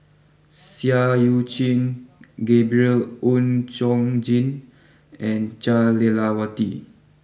Seah Eu Chin Gabriel Oon Chong Jin and Jah Lelawati